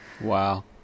Wow